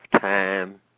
time